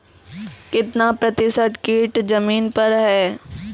कितना प्रतिसत कीट जमीन पर हैं?